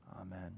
Amen